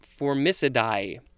formicidae